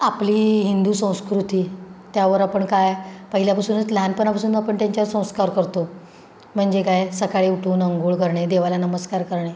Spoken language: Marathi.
आपली हिंदू संस्कृती त्यावर आपण काय पहिल्यापासूनच लहानपणापासून आपण त्यांच्यावर संस्कार करतो म्हणजे काय सकाळी उठून आंघोळ करणे देवाला नमस्कार करणे